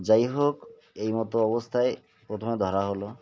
যাই হোক এই মতো অবস্থায় প্রথমে ধরা হলো